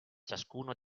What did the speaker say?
ciascuno